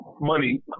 money